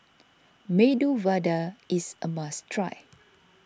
Medu Vada is a must try